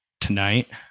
tonight